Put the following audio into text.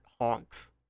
honks